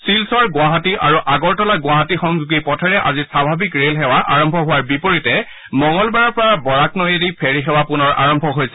শিলচৰ ণ্ডৱাহাটী আৰু আগৰতলা গুৱাহাটী সংযোগী পথেৰে আজি স্বাভাৱিক ৰেলসেৱা আৰম্ভ হোৱাৰ বিপৰীতে মঙলবাৰৰ পৰা বৰাক নৈয়েদি ফেৰী সেৱা পুনৰ আৰম্ভ হৈছে